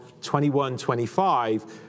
21.25